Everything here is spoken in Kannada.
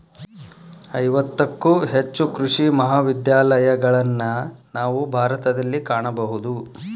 ಐವತ್ತಕ್ಕೂ ಹೆಚ್ಚು ಕೃಷಿ ಮಹಾವಿದ್ಯಾಲಯಗಳನ್ನಾ ನಾವು ಭಾರತದಲ್ಲಿ ಕಾಣಬಹುದು